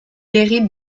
hérite